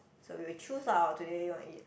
so we will choose lah today we want to eat